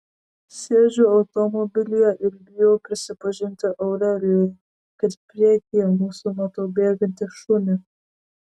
sėdžiu automobilyje ir bijau prisipažinti aurelijui kad priekyje mūsų matau bėgantį šunį